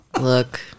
Look